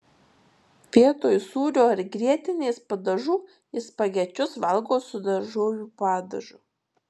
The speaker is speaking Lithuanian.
vietoj sūrio ar grietinės padažų ji spagečius valgo su daržovių padažu